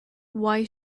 why